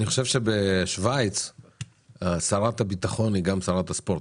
אני חושב שבשוויץ שרת הביטחון היא גם שרת הספורט,